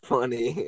Funny